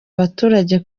abaturage